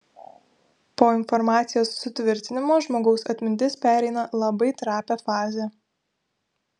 po informacijos sutvirtinimo žmogaus atmintis pereina labai trapią fazę